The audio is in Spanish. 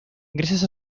gracias